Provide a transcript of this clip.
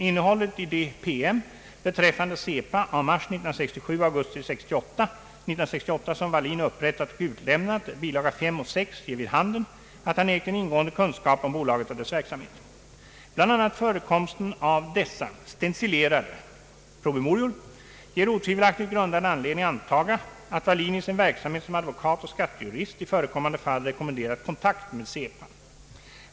Innehållet i de PM beträffande Cepa av mars 1967 och augusti 1968, som Wallin upprättat och utlämnat, bil. 5 och 6, ger vid handen, att han ägt en ingående kunskap om bolaget och dess verksamhet. Bland annat förekomsten av dessa — stencilerade — PM ger otvivelaktigt grundad anledning antaga, att Wallin i sin verksamhet som advokat och skattejurist i förekommande fall rekommenderat kontakt med Cepa.